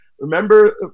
Remember